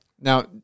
Now